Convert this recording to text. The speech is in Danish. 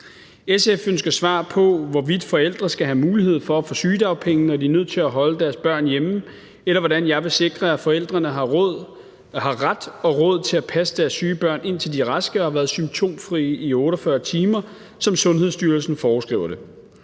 SF ønsker svar på, hvorvidt forældre skal have mulighed for at få sygedagpenge, når de er nødt til at holde deres børn hjemme, eller hvordan jeg vil sikre, at forældrene har ret og råd til at passe deres syge børn, indtil de er raske og har været symptomfrie i 48 timer, som Sundhedsstyrelsen foreskriver det.